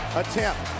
attempt